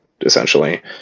essentially